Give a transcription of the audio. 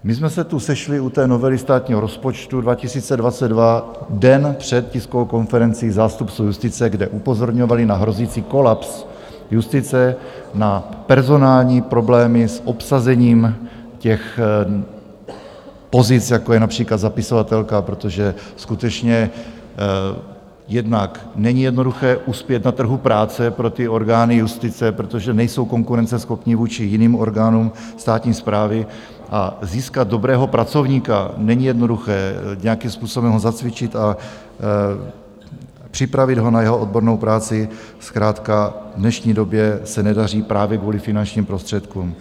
My jsme se tu sešli u novely státního rozpočtu 2022 den před tiskovou konferencí zástupců justice, kde upozorňovali na hrozící kolaps justice, na personální problémy s obsazením pozic, jako je například zapisovatelka, protože skutečně jednak není jednoduché uspět na trhu práce pro orgány justice, protože nejsou konkurenceschopné vůči jiným orgánům státní správy, a získat dobrého pracovníka není jednoduché, nějakým způsobem ho zacvičit a připravit ho na jeho odbornou práci, zkrátka v dnešní době se nedaří právě kvůli finančním prostředkům.